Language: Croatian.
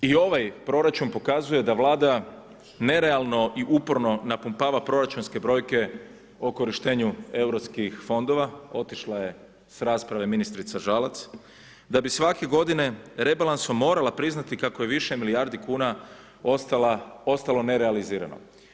I ovaj proračun pokazuje da Vlada nerealno i uporno napumpava proračunske brojke o korištenju europskih fondova otišla je s rasprave ministrica Žalac, da bi svake godine rebalansom morala priznati kako je više milijardi kuna ostalo nerealizirano.